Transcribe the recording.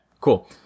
Cool